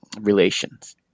relations